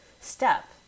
step